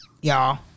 y'all